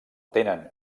tenen